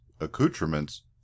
accoutrements